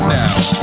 now